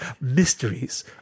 mysteries